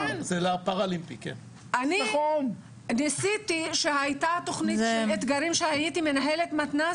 אני ניסיתי כשהייתה תכנית של אתגרים כשהייתי מנהלת מתנ"ס